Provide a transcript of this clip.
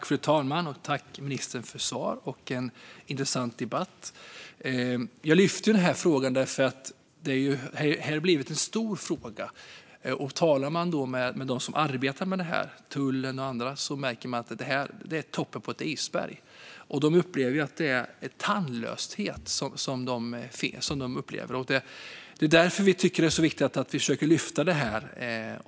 Fru talman! Tack, ministern, för svar och en intressant debatt! Jag lyfter denna fråga eftersom den har blivit stor. Talar man med de som arbetar med detta - tullen och andra - märker man att detta är toppen av ett isberg. De upplever att det är en tandlöshet. Det är därför vi tycker att det är viktigt att försöka lyfta detta.